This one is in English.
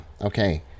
okay